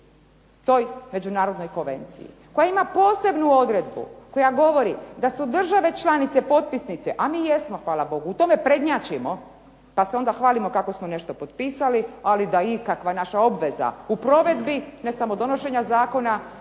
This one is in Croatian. toj međunarodnoj konvenciji, koja ima posebnu odredbu koja govori da su države članice potpisnice, a mi jesmo Hvala Bogu, u tome prednjačimo, pa se onda hvalimo da smo nešto potpisali ali da je ikakva naša obveza u provedbi, ne samo donošenja Zakona